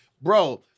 Bro